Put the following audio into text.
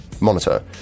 monitor